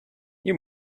you